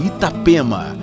Itapema